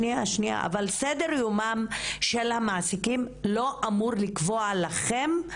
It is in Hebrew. אבל סדר יומם של המעסיקים לא אמור לקבוע לכם.